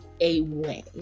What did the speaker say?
away